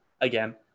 again